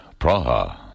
Praha